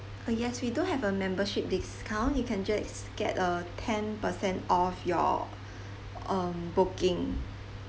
uh yes we do have a membership discount you can just get a ten per cent of your um booking